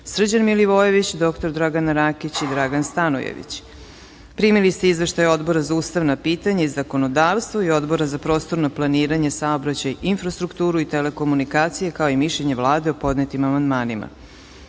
Jablanović, Dragan Jonić i Goran Petković. Primili ste izveštaje Odbora za ustavna pitanja i zakonodavstvo i Odbora za prostorno planiranje, saobraćaj i infrastrukturu i telekomunikacije, kao i mišljenje Vlade o podnetim amandmanima. Po